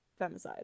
femicide